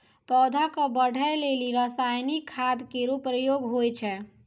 पौधा क बढ़ै लेलि रसायनिक खाद केरो प्रयोग होय छै